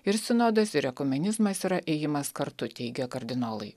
ir sinodas ir ekumenizmas yra ėjimas kartu teigė kardinolai